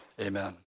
amen